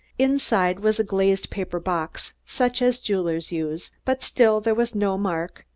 inside was a glazed paper box, such as jewelers use, but still there was no mark,